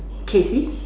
casey